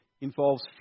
involves